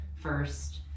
First